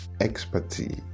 expertise